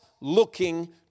looking